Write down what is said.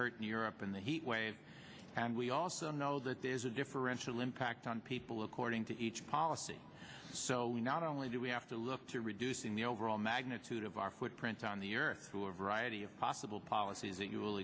hurt in europe in the heat wave and we also know that there is a differential impact on people according to each policy so we not only do we have to look to reducing the overall magnitude of our footprints on the earth who are a variety of possible policies that you